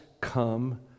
come